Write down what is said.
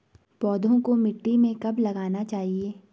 पौधों को मिट्टी में कब लगाना चाहिए?